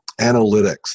analytics